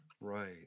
Right